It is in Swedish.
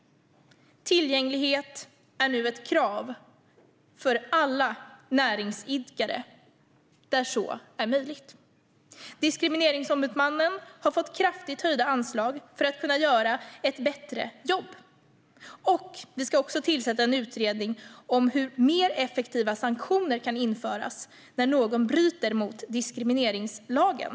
Tillgänglighet är nu ett krav för alla näringsidkare, där så är möjligt. Diskrimineringsombudsmannen har fått kraftigt höjda anslag för att kunna göra ett bättre jobb. Vi ska också tillsätta en utredning om hur mer effektiva sanktioner kan införas när någon bryter mot diskrimineringslagen.